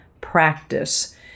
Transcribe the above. practice